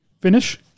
finish